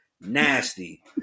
Nasty